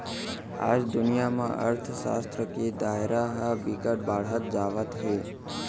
आज दुनिया म अर्थसास्त्र के दायरा ह बिकट बाड़हत जावत हे